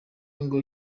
ngo